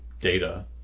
Data